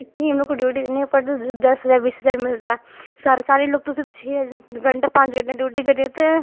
इतनी हम लोग को ड्यूटी देनी पड़ती है सिर्फ दस हजार बीस हजार मिलता है सरकारी लोग तो सिर्फ छः घंटा पाँच घंटा ड्यूटी का देते हैं